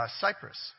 Cyprus